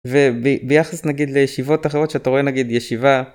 וביחס נגיד לישיבות אחרות שאתה רואה נגיד ישיבה